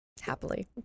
Happily